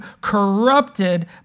corrupted